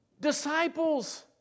Disciples